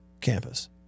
campus